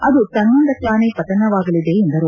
ಅದು ತನ್ನಿಂದ ತಾನೇ ಪತನವಾಗಲಿದೆ ಎಂದರು